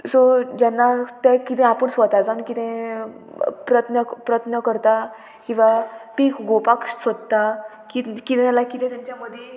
so जेन्ना तें किदें आपूण स्वता जावन किदें प्रत्न प्रयत्न करता किंवां पीक उगोवपाक सोदता किदें जाल्यार कितें तेंच्या मदीं